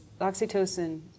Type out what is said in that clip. oxytocin